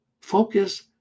focus